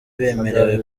bemerewe